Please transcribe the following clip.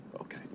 Okay